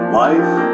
life